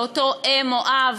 לאותם אם או אב,